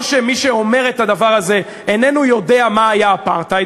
או שמי שאומר את הדבר הזה איננו יודע מהו אפרטהייד,